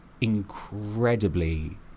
incredibly